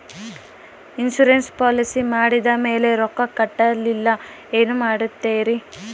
Insurance policy ಮಾಡಿದ ಮೇಲೆ ರೊಕ್ಕ ಕಟ್ಟಲಿಲ್ಲ ಏನು ಮಾಡುತ್ತೇರಿ?